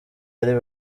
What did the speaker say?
ari